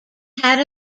had